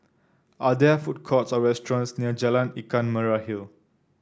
are there food courts or restaurants near Jalan Ikan Merah Hill